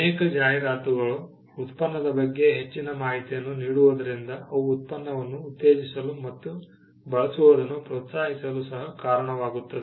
ಅನೇಕ ಜಾಹೀರಾತುಗಳು ಉತ್ಪನ್ನದ ಬಗ್ಗೆ ಹೆಚ್ಚಿನ ಮಾಹಿತಿಯನ್ನು ನೀಡುವುದರಿಂದ ಅವು ಉತ್ಪನ್ನವನ್ನು ಉತ್ತೇಜಿಸಲು ಮತ್ತು ಬಳಸುವುದನ್ನು ಪ್ರೋತ್ಸಾಹಿಸಲು ಸಹ ಕಾರಣವಾಗುತ್ತವೆ